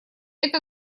это